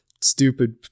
stupid